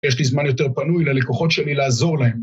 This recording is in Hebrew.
יש לי זמן יותר פנוי ללקוחות שלי לעזור להם.